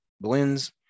blends